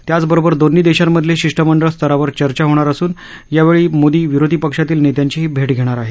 त्याचबरोबर दोन्ही देशांमध्ये शिष् मंडळ स्तरावर चर्चा होणार असून यावेळी मोदी विरोधी पक्षातील नेत्यांचीही भे घेणार आहेत